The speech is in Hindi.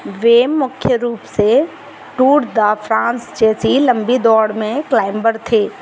वे मुख्य रूप से टूर द फ्रांस जैसी लंबी दौड़ में क्लाइंबर थे